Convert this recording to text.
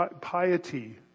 piety